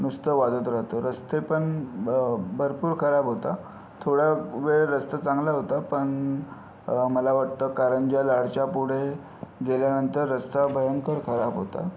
नुसतं वाजत राहतं रस्ते पण भरपूर खराब होता थोडा वेळ रस्ता चांगला होता पण मला वाटतं कारंजा लाडच्या पुढे गेल्यानंतर रस्ता भयंकर खराब होता